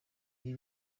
ibi